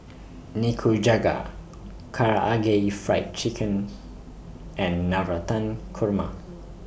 Nikujaga Karaage Fried Chicken and Navratan Korma